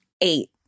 eight